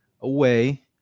away